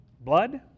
blood